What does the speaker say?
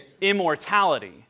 immortality